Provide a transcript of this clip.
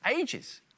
ages